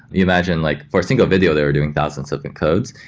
imagine like for a single video, they were doing thousands of encodes.